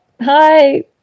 hi